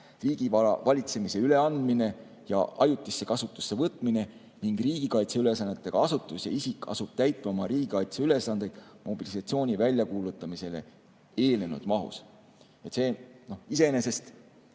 riigivara valitsemise üleandmine ja ajutisse kasutusse võtmine ning riigikaitseülesannetega asutus ja isik asub täitma oma riigikaitseülesandeid mobilisatsiooni väljakuulutamisele eelnenud mahus." See iseenesest